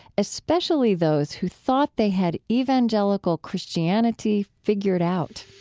especially those who thought they had evangelical christianity figured out.